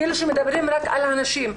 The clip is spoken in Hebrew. כאילו שמדברים רק על הנשים,